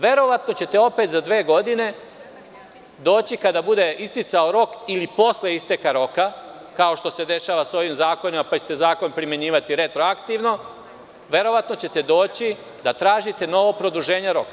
Verovatno ćete opet za dve godine doći kada bude isticao rok ili posle isteka roka, kao što se dešava sa ovim zakonima, pa ćete zakon primenjivati retroaktivno, verovano ćete doći da tražite novo produženje roka.